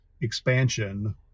expansion